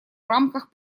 рамках